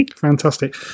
Fantastic